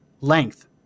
length